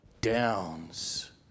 downs